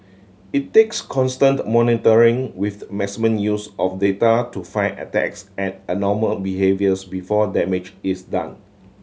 it takes constant monitoring with maximum use of data to find attacks and abnormal behaviours before damage is done